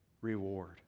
reward